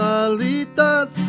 alitas